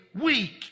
weak